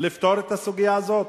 לפתור את הסוגיה הזאת?